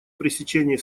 пресечение